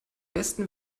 besten